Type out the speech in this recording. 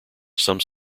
some